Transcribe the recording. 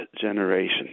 generation